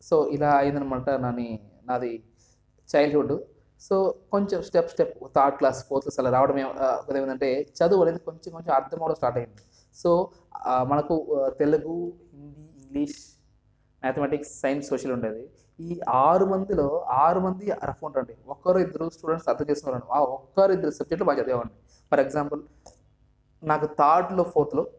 so ఇలా అయ్యింది అనమాట నాని నాది చైల్డ్హుడ్ సో కొంచెం step step third class fourth అలా రావడం వల్ల ఏమైంది అంటే చదువు అనేది కొంచెం కొంచెం అర్థం అవడం స్టార్ట్ అయింది సో మనకు Telugu Hindi English mathematics science social ఉండేది ఈ ఆరు మందిలో ఆరు మంది రఫ్గా ఉండేవాళ్ళు ఒక్కరు ఇద్దరు స్టూడెంట్స్ అర్థం చేసుకోరు ఒకరి ఇద్దరి సబ్జెక్ట్ బాగా చదివేవాడిని ఫర్ ఎగ్జాంపుల్ నాకు థర్డ్లో ఫోర్త్లో